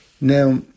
Now